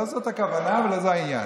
לא זאת הכוונה ולא זה העניין.